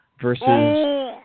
versus